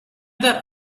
that